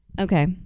Okay